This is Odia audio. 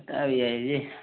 ହେଟା ବି ଆଏ ଯେ